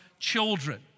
Children